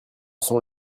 sont